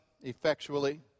effectually